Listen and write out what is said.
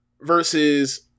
versus